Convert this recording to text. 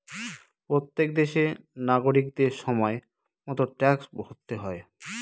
প্রত্যেক দেশের নাগরিকদের সময় মতো ট্যাক্স ভরতে হয়